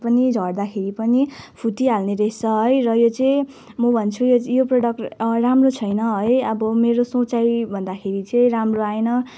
झर्दाखेरि पनि फुटिहाल्ने रहेछ है र यो चाहिँ म भन्छु यो प्रडक्ट राम्रो छैन है अब मेरो सोचाइ भन्दाखेरि भन्दाखेरि चाहिँ राम्रो आएन